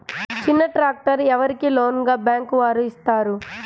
చిన్న ట్రాక్టర్ ఎవరికి లోన్గా బ్యాంక్ వారు ఇస్తారు?